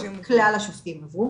כלל השופטים עברו,